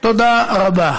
תודה רבה.